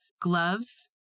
gloves